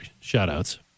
Shout-outs